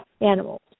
animals